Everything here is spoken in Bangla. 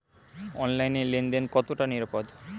অনলাইনে লেন দেন কতটা নিরাপদ?